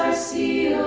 ah see